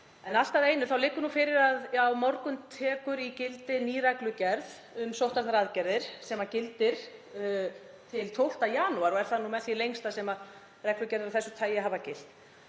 En allt að einu þá liggur fyrir að á morgun tekur gildi ný reglugerð um sóttvarnaaðgerðir sem gildir til 12. janúar, og er það nú með því lengsta sem reglugerðir af þessu tagi hafa gilt.